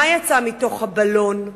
מה יצא מתוך הבלון?